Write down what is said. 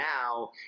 now